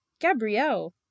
Gabrielle